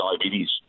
diabetes